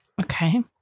Okay